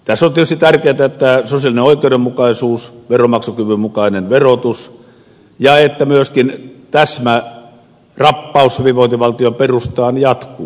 tässä on tietysti tärkeätä sosiaalinen oikeudenmukaisuus veronmaksukyvyn mukainen verotus ja myöskin se että täsmärappaus hyvinvointivaltion perustaan jatkuu